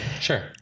Sure